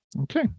Okay